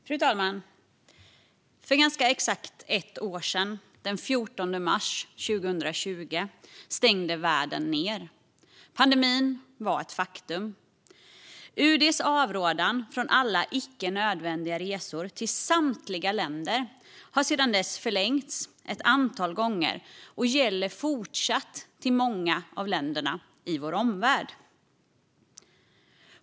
Fru talman! För ganska exakt ett år sedan, den 14 mars 2020, stängde världen ned. Pandemin var ett faktum. UD:s avrådan från alla icke nödvändiga resor till samtliga länder har sedan dess förlängts ett antal gånger och gäller fortsatt till många av länderna i vår omvärld.